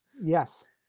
Yes